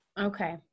Okay